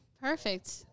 Perfect